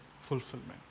fulfillment